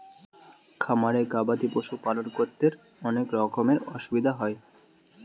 খামারে গবাদি পশুর পালন করতে অনেক রকমের অসুবিধা হয়